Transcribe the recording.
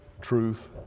truth